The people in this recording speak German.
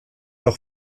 auch